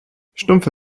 stumpfe